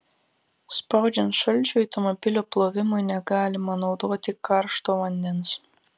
spaudžiant šalčiui automobilio plovimui negalima naudoti karšto vandens